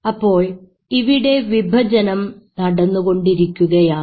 അപ്പോൾ ഇവിടെ വിഭജനം നടന്നു കൊണ്ടിരിക്കുകയാണ്